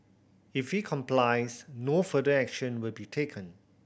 if he complies no further action will be taken